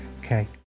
Okay